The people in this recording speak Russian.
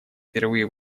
впервые